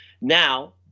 Now